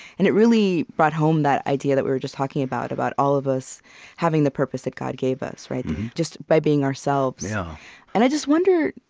and it really brought home that idea that we were just talking about, about all of us having the purpose that god gave us, just by being ourselves yeah and i just wonder,